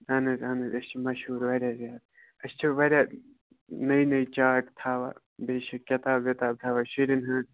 اَہَن حظ اَہن حظ أسۍ چھِ مَشہوٗر واریاہ زیادٕ أسۍ چھِ واریاہ نٔے نٔے چارٹ تھاوان بیٚیہِ چھِ کِتاب وِتاب تھاوان شُرٮ۪ن ہٕنٛز